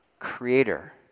creator